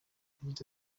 yagize